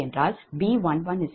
B110